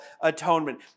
atonement